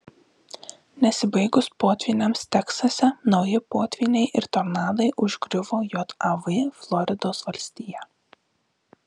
nesibaigus potvyniams teksase nauji potvyniai ir tornadai užgriuvo jav floridos valstiją